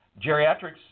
geriatrics